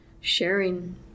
sharing